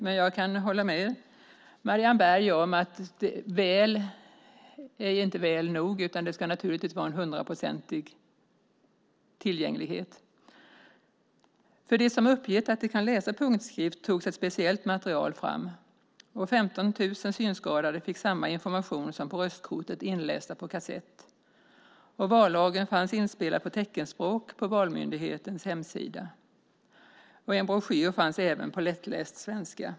Men jag kan hålla med Marianne Berg om att väl inte är väl nog. Det ska naturligtvis vara en hundraprocentig tillgänglighet. För dem som uppgett att de kan läsa punktskrift togs ett speciellt material fram. 15 000 synskadade fick samma information som på röstkortet inläst på kassett. Vallagen fanns inspelad på teckenspråk på Valmyndighetens hemsida. En broschyr fanns även på lättläst svenska.